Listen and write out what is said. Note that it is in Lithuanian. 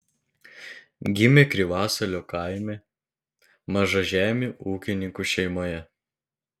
gimė krivasalio kaime mažažemių ūkininkų šeimoje